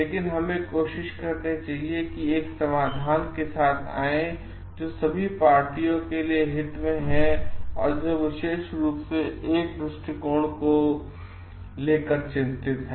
लेकिन हमें कोशिश करनी चाहिए एक समाधान के साथ आयें जो सभी पार्टियों के लिए हित में हैं जो विशेष रूप से एक ही दृश्टिकोण को लेकर चिंतित हैं